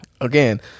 Again